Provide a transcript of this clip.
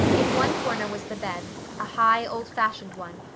in one corner was the bed, a high, old-fashioned one,